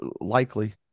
Likely